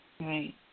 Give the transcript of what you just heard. Right